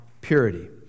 purity